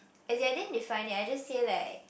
as in I didn't define it I just say like